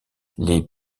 les